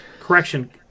Correction